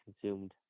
consumed